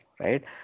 right